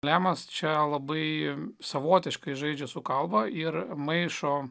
lemas čia labai savotiškai žaidžia su kalba ir maišo